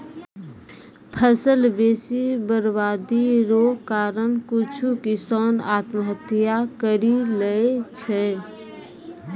फसल बेसी बरवादी रो कारण कुछु किसान आत्महत्या करि लैय छै